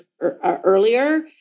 earlier